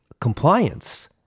compliance